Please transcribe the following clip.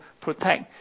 protect